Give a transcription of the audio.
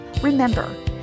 Remember